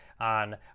on